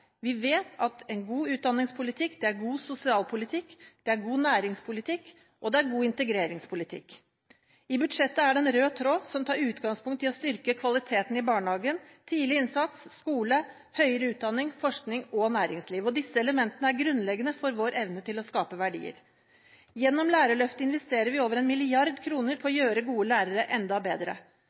Vi vet at en god utdanningspolitikk er god sosialpolitikk, god næringspolitikk og god integreringspolitikk. I budsjettet er det en rød tråd, som tar utgangspunkt i å styrke kvaliteten i barnehagen, tidlig innsats, skole, høyere utdanning, forskning og næringsliv. Disse elementene er grunnleggende for vår evne til å skape verdier. Gjennom Lærerløftet investerer vi over 1 mrd. kr. på å gjøre gode lærere enda bedre.